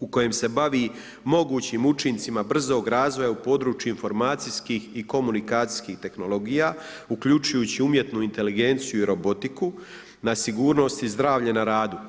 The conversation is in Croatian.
u kojem se bavi mogućim učincima brzog razvoja u području informacijskih i komunikacijskih tehnologija uključujući umjetnu inteligenciju i robotiku na sigurnost i zdravlje na radu.